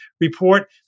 report